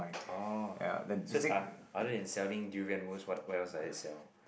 oh so it's other than selling durian what else does he sell